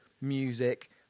music